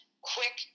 quick